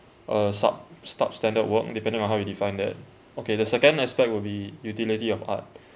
uh sub~ substandard work depending on how you define that okay the second aspect will be utility of art